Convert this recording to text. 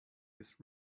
his